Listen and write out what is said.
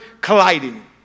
colliding